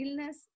illness